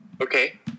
Okay